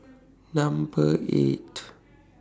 Number eight